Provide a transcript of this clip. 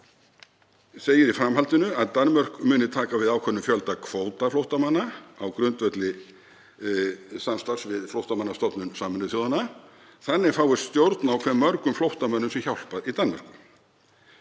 Evrópu. Segir í framhaldinu að Danmörk muni taka við ákveðnum fjölda kvótaflóttamanna á grundvelli samstarfs við Flóttamannastofnun Sameinuðu þjóðanna. Þannig fáist stjórn á hve mörgum flóttamönnum sé hjálpað í Danmörku.